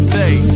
day